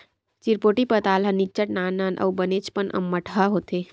चिरपोटी पताल ह निच्चट नान नान अउ बनेचपन अम्मटहा होथे